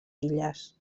illes